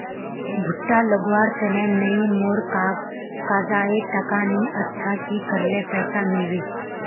भुट्टा लगवार तने नई मोर काजाए टका नि अच्छा की करले पैसा मिलबे?